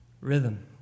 rhythm